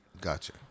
Gotcha